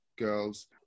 girls